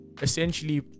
essentially